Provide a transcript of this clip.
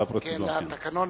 לתקנון,